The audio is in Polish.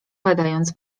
badając